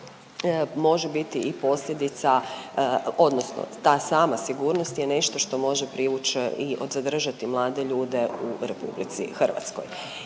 može biti i posljedica odnosno ta sama sigurnost je nešto što može privući i zadržati mlade ljude u Republici Hrvatskoj.